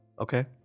Okay